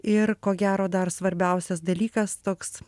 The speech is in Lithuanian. ir ko gero dar svarbiausias dalykas toks